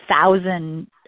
thousand